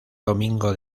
domingo